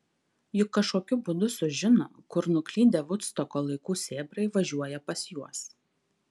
juk kažkokiu būdu susižino kur nuklydę vudstoko laikų sėbrai važiuoja pas juos